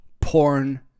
porn